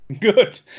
Good